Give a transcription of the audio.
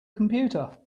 computer